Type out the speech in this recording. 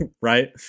right